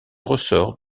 ressort